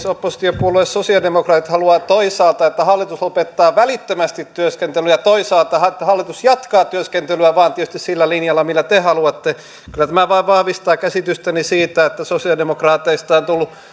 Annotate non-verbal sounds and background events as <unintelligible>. <unintelligible> oppositiopuolue sosiaalidemokraatit haluaa toisaalta että hallitus lopettaa välittömästi työskentelyn ja toisaalta että hallitus jatkaa työskentelyä vaan tietysti sillä linjalla millä te haluatte kyllä tämä vain vahvistaa käsitystäni siitä että sosiaalidemokraateista on tullut